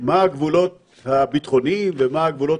מה הגבולות הביטחוניים ומה הגבולות